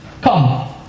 Come